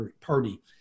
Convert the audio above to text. Party